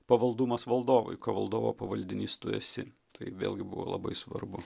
pavaldumas valdovui valdovo pavaldinys tu esi tai vėlgi buvo labai svarbu